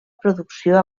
producció